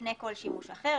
לפני כל שימוש אחר,